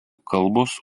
kalbos